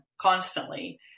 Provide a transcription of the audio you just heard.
constantly